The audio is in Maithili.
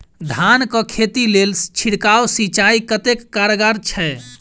धान कऽ खेती लेल छिड़काव सिंचाई कतेक कारगर छै?